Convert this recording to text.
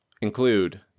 include